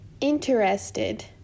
Interested